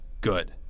Good